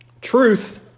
truth